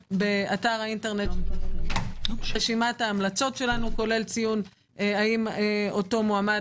לפרסם באתר האינטרנט את רשימת ההמלצות שלנו כולל ציון האם אותו מועמד